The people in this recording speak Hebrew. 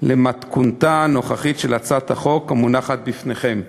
למתכונתה הנוכחית של הצעת החוק המונחת בפניכם.